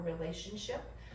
relationship